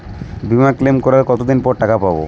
বিমা ক্লেম করার কতদিন পর টাকা পাব?